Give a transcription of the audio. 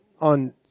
on